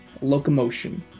locomotion